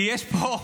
כי יש פה,